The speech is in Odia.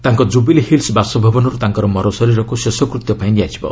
ତାଙ୍କ ଜୁବିଲି ହିଲ୍ସ୍ ବାସଭବନରୁ ତାଙ୍କର ମରଶରୀରକୁ ଶେଷକୃତ୍ୟ ପାଇଁ ନିଆଯିବ